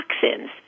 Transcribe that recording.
toxins